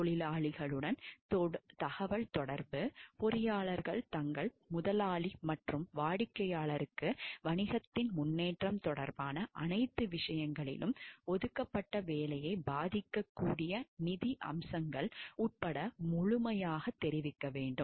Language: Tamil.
முதலாளிகளுடன் தகவல் தொடர்பு பொறியாளர்கள் தங்கள் முதலாளி மற்றும் வாடிக்கையாளருக்கு வணிகத்தின் முன்னேற்றம் தொடர்பான அனைத்து விஷயங்களிலும் ஒதுக்கப்பட்ட வேலையைப் பாதிக்கக்கூடிய நிதி அம்சங்கள் உட்பட முழுமையாகத் தெரிவிக்க வேண்டும்